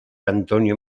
antonio